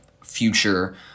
future